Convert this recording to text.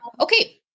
Okay